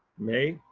may,